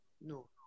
no